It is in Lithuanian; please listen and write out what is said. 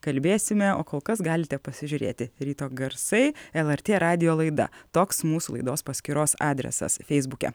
kalbėsime o kol kas galite pasižiūrėti ryto garsai lrt radijo laida toks mūsų laidos paskyros adresas feisbuke